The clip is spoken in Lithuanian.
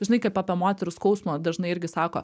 žinai kaip apie moterų skausmą dažnai irgi sako